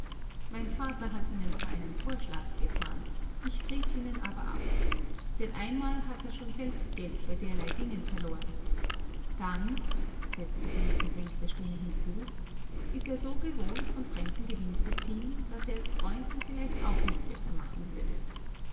mein vater hat ihnen zwar einen vorschlag getan ich riet ihnen aber ab denn einmal hat er schon selbst geld bei derlei dingen verloren dann setzte sie mit gesenkter stimme hinzu ist er so gewohnt von fremden gewinn zu ziehen daß er es freunden vielleicht auch nicht besser machen würde